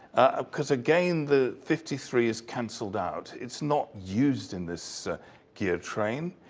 ah cuz again the fifty three is cancelled out. it's not used in this gear train.